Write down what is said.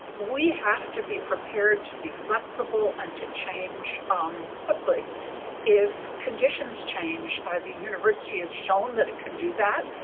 we have to be prepared to be flexible and to change um quickly if conditions change. the university has shown that it can do that.